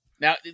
Now